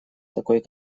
такой